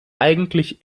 eigentlich